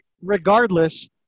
regardless